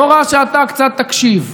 לא רע שאתה תקשיב,